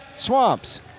Swamps